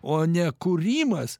o ne kūrimas